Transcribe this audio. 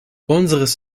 unseres